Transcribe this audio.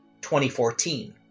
2014